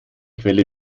quelle